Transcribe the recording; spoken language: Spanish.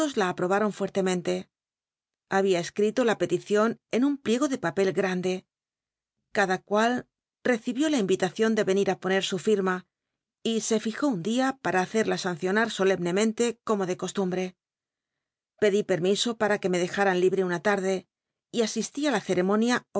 la aprobaron fuertemente habíase escrito la peticion en un pliego de papel grande cada cual recibió la im ilacion de ven ir á poner su firma y se fljó un dia para hacerla sancionar solemnemente co mo de costumbre pedi permiso p ua que me dejaran jiljte una tarde y asistí á la